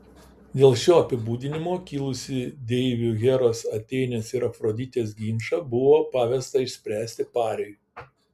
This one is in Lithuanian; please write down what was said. dėl šio apibūdinimo kilusį deivių heros atėnės ir afroditės ginčą buvo pavesta išspręsti pariui